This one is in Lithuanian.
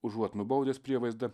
užuot nubaudęs prievaizdą